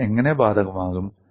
ഇത് എങ്ങനെ ബാധകമാകും